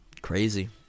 crazy